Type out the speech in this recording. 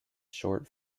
short